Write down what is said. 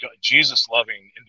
Jesus-loving